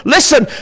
Listen